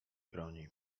broni